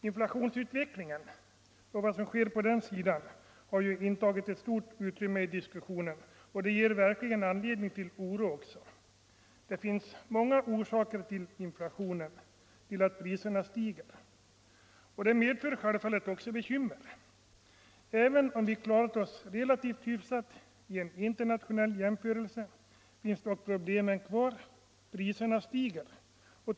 Inflationsutvecklingen har upptagit ett stort utrymme i diskussionen, och den ger också verkligen anledning till oro. Det finns många orsaker till inflationen, till att priserna stiger. Detta medför självfallet också bekymmer. Även om vi vid en internationell jämförelse klarat oss relativt hyfsat finns problemen kvar; priserna stiger.